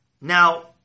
Now